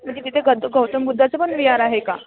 म्हणजे तिथे गद गौतम बुद्धाचं पण विहार आहे का